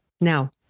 Now